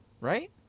Right